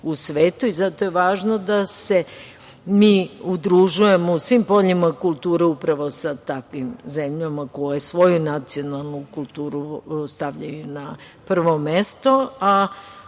u svetu i zato je važno da se mi udružujemo u svim poljima kulture upravo sa takvim zemljama koje svoju nacionalnu kulturu stavljaju na prvo mesto,